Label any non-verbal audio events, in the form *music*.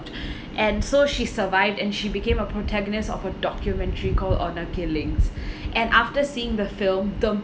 *breath* and so she survived and she became a protagonist of a documentary called honor killings *breath* and after seeing the film the